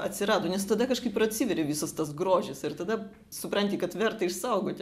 atsirado nes tada kažkaip ir atsiveria visas tas grožis ir tada supranti kad verta išsaugoti